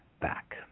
back